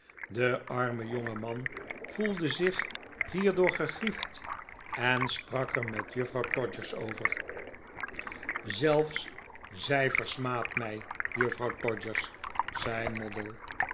de arme jongeman voelde zich hierdoor gegriefd en sprak er met juffrouw todgers over oude bena nink voor gordeldoos en soortgelijke aiekten zelfs zij versmaadt mij juffrouw todgers zei moddle